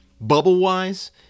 bubble-wise